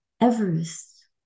Everest